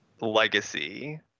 legacy